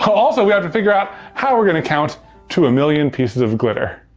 also we have to figure out how we're gonna count to a million pieces of glitter.